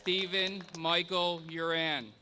stephen michael you're in